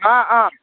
अँ अँ